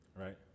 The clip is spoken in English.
right